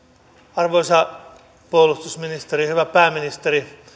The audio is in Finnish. arvoisa puolustusministeri hyvä pääministeri